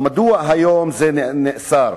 מדוע היום זה נאסר?